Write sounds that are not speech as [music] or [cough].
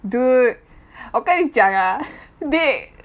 dude 我跟你讲 ah [noise] they